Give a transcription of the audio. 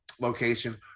location